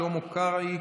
שלמה קרעי,